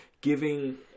giving